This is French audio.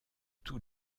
tous